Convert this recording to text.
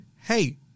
Hey